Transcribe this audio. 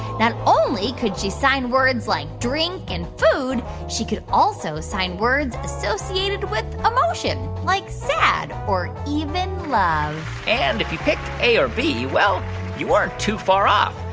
not only could she sign words like drink and food. she could also sign words associated with emotion like sad or even love and if you picked a or b, well you weren't too far off.